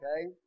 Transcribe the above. Okay